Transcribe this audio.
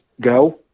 go